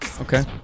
Okay